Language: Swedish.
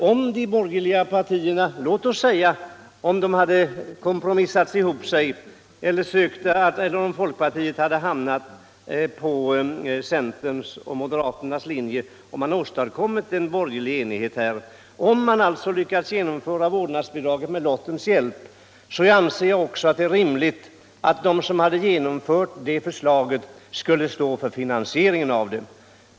Om de borgerliga partierna hade lyckats ena sig kring en kompromiss eller om folkpartiet hade hamnat på centerns och moderaternas linje och man sålunda hade åstadkommit en borgerlig enhet och sedan lyckats genomföra vårdnadsbidraget med lottens hjälp, skulle det också ha varit rimligt att de bor gerliga hade stått för finansieringen.